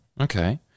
Okay